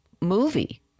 movie